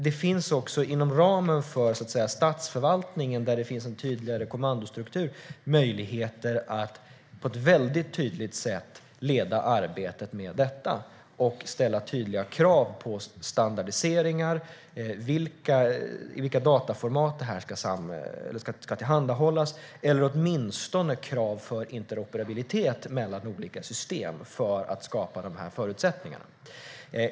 Det finns också inom ramen för statsförvaltningen, där det finns en tydligare kommandostruktur, möjligheter att på ett väldigt tydligt sätt leda arbetet med detta och ställa tydliga krav på standardiseringar, i vilka dataformat det ska tillhandahållas eller åtminstone krav för interoperabilitet mellan olika system för att skapa dessa förutsättningar.